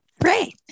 Great